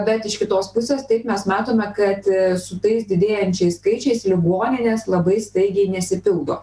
bet iš kitos pusės taip mes matome kad su tais didėjančiais skaičiais ligoninės labai staigiai nesipildo